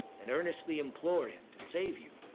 and earnestly implore him to save you,